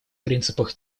принципах